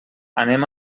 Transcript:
anem